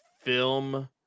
film